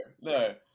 no